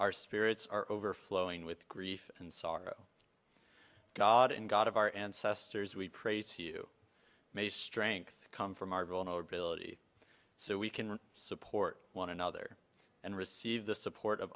our spirits are overflowing with grief and sorrow god and god of our ancestors we praise to you may strength come from our vulnerability so we can support one another and receive the support of